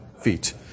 feet